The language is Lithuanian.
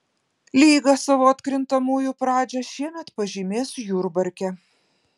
lyga savo atkrintamųjų pradžią šiemet pažymės jurbarke